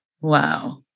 Wow